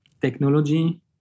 technology